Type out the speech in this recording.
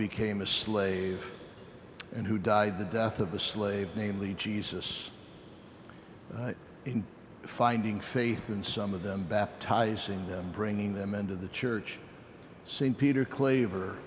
became a slave and who died the death of a slave namely jesus in finding faith in some of them baptizing them bringing them into the church st peter klaver